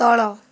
ତଳ